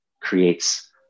creates